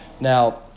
now